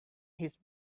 his